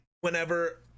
whenever